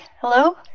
hello